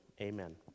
amen